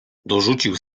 dorzucił